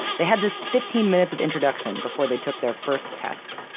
they had just fifteen minutes of introduction before they took their first test.